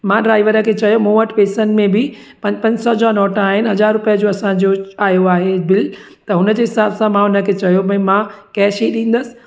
मां ड्राइवर खे चयो मूं वटि पैसनि में बि पंज पंज सौ जा नोट आहिनि हज़ार रुपए जो असांजो आयो आहे बिल त हुन जे हिसाब सां मां हुन खे चयो भाई मां कैश ई ॾींदुसि